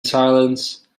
silence